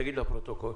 תגיד לפרוטוקול.